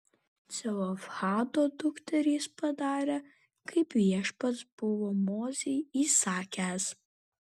celofhado dukterys padarė kaip viešpats buvo mozei įsakęs